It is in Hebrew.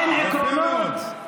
יפה מאוד.